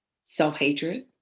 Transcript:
self-hatred